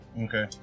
Okay